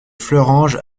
fleuranges